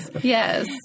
Yes